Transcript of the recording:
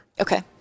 okay